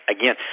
again